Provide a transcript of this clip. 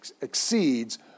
exceeds